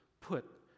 put